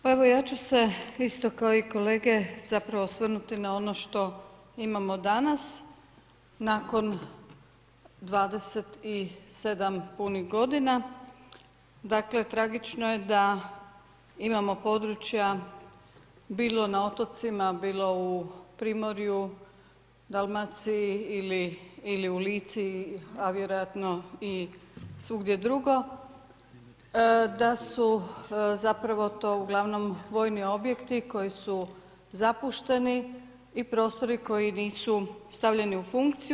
Pa evo ja ću se isto kao i kolege osvrnuti na ono što imamo danas, nakon 27 punih godina, dakle tragično je da imamo područja bilo na otocima, bilo na Primorju, Dalmaciji ili u Lici, a vjerojatno i svugdje drugo, da su to uglavnom vojni objekti koji su zapušteni i prostori koji nisu stavljeni u funkciju.